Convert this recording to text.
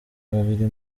babiri